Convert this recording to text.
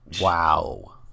Wow